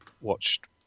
watched